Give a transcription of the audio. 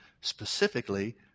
specifically